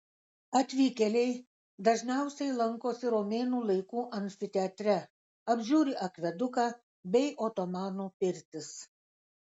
atvykėliai dažniausiai lankosi romėnų laikų amfiteatre apžiūri akveduką bei otomanų pirtis